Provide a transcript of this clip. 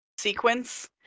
Sequence